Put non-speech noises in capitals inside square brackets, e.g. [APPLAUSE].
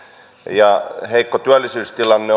ja heikko työllisyystilanne [UNINTELLIGIBLE]